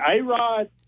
A-Rod